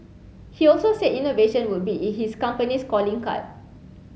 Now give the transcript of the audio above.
he also said innovation would be in his company's calling card